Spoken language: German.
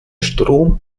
strom